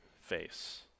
face